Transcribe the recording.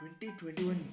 2021